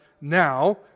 now